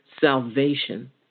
salvation